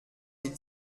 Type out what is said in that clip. des